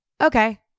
Okay